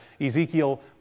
Ezekiel